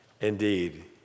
indeed